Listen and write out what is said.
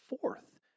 fourth